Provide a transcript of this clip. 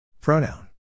Pronoun